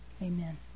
Amen